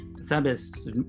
sabes